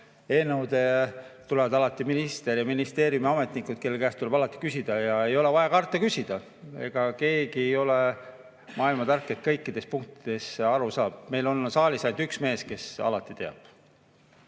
[komisjoni] alati minister ja ministeeriumi ametnikud, kelle käest saab alati küsida. Ja ei ole vaja karta küsida. Ega keegi ei ole maailmatark, et kõikidest punktidest aru saab. Meil on saalis ainult üks mees, kes alati teab.